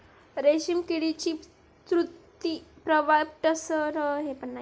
रेशीम किडीची तुती प्रवाळ टसर व इरा प्रकारची असते